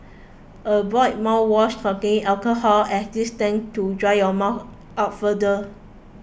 avoid mouthwash containing alcohol as this tends to dry your mouth out further